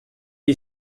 est